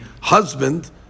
husband